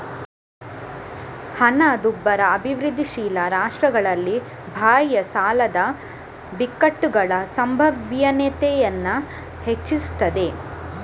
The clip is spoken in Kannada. ಹಣದುಬ್ಬರ ಅಭಿವೃದ್ಧಿಶೀಲ ರಾಷ್ಟ್ರಗಳಲ್ಲಿ ಬಾಹ್ಯ ಸಾಲದ ಬಿಕ್ಕಟ್ಟುಗಳ ಸಂಭವನೀಯತೆಯನ್ನ ಹೆಚ್ಚಿಸ್ತದೆ